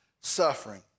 suffering